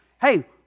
hey